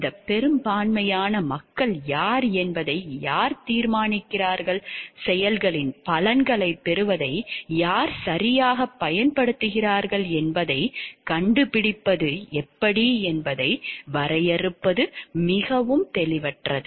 இந்த பெரும்பான்மையான மக்கள் யார் என்பதை யார் தீர்மானிக்கிறார்கள் செயல்களின் பலன்களைப் பெறுவதை யார் சரியாகப் பயன்படுத்துகிறார்கள் என்பதைக் கண்டுபிடிப்பது எப்படி என்பதை வரையறுப்பது மிகவும் தெளிவற்றது